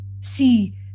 See